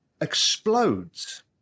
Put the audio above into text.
explodes